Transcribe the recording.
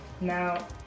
now